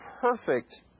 perfect